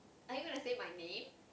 are you gonna say my name